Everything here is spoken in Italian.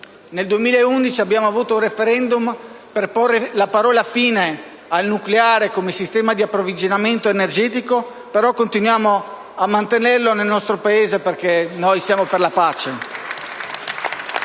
Nel 2011 c'è stato un *referendum* per porre la parola fine al nucleare come sistema di approvvigionamento energetico, ma continuiamo a mantenerlo nel nostro Paese, perché noi siamo per la pace.